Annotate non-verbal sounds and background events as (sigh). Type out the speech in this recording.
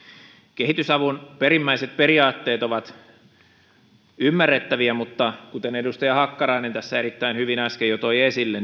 kehitysavun perimmäiset periaatteet ovat ymmärrettäviä mutta kuten edustaja hakkarainen tässä erittäin hyvin äsken jo toi esille (unintelligible)